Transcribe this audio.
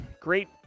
great